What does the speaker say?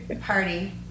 Party